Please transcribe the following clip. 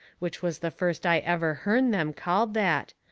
which was the first i ever hearn them called that,